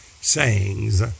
sayings